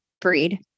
breed